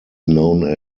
known